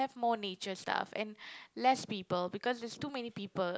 have more nature stuff and less people because there's too many people